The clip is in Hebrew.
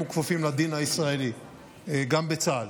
אנחנו כפופים לדין הישראלי גם בצה"ל.